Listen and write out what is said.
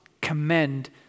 commend